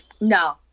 No